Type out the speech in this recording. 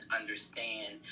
understand